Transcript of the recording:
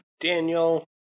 Daniel